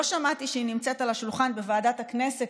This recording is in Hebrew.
לא שמעתי שהם נמצאים על השולחן בוועדת הכנסת,